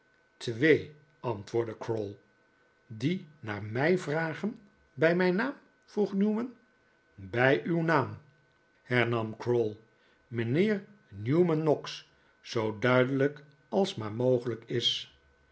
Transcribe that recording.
antwoordde crowl die naar mij vragen bij mijn naam vroeg newman bij uw naam hernam crowl mijnheer newman noggs zoo duidelijk als maar mogelijk is